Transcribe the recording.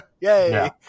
yay